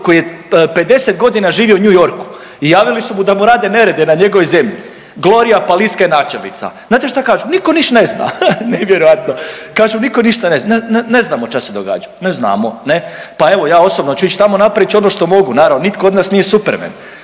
koji je 50 godina živio u New Yorku i javili su mu da mu rade nerede na njegovoj zemlji. Glorija Paliska je načelnica. Znate šta kažu? Nitko niš ne zna. Nevjerojatno. Kažu nitko ništa ne zna. Ne znamo ča se događa. Ne znamo. Ne. Pa evo, ja osobno ću ić tamo, napravit ću ono što mogu. Naravno, nitko od nas nije Supermen,